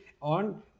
on